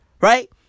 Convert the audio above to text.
Right